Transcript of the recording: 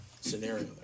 scenario